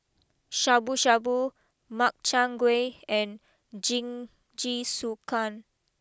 Shabu Shabu Makchang Gui and Jingisukan